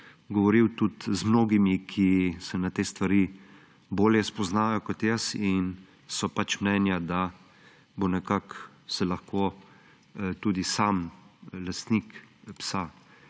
govoril tudi z mnogimi, ki se na te stvari bolje spoznajo kot jaz. In so pač mnenja, da nekako se bo lahko tudi sam lastnik psa